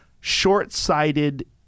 short-sighted